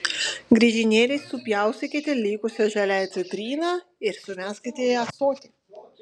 griežinėliais supjaustykite likusią žaliąją citriną ir sumeskite į ąsotį